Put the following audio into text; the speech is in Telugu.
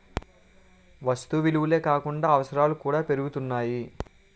వస్తు విలువలే కాకుండా అవసరాలు కూడా పెరుగుతున్నాయి